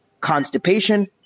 constipation